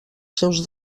seus